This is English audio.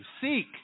Seek